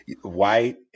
White